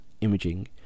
imaging